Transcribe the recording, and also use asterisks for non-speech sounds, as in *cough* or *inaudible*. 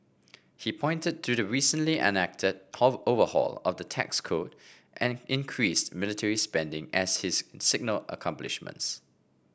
he pointed to the recently enacted *unintelligible* overhaul of the tax code and increased military spending as his signal accomplishments